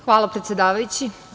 Hvala, predsedavajući.